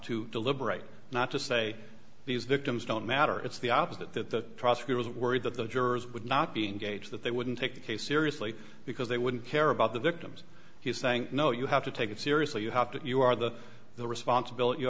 to deliberate not to say these victims don't matter it's the opposite that the prosecutor is worried that the jurors would not be in gauge that they wouldn't take the case seriously because they wouldn't care about the victims he's saying no you have to take it seriously you have to you are the the responsibility you